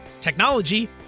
technology